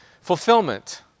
fulfillment